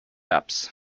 ups